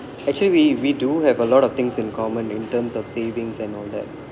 actually we we do have a lot of things in common in terms of savings and all that